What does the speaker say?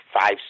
five